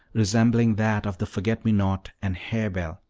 resembling that of the forget-me-not and hairbell.